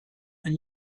and